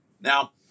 Now